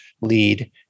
lead